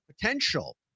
potential